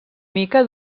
mica